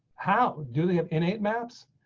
how do they have innate maps.